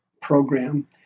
program